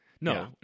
No